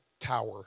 tower